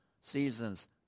seasons